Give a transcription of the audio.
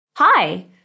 Hi